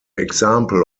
example